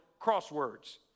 Crosswords